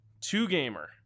Two-gamer